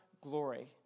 glory